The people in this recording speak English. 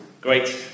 Great